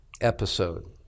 episode